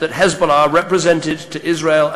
אז כל פעם שאני עושה refresh,